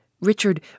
Richard